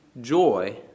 joy